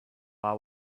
are